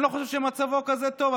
אני לא חושב שמצבו כזה טוב,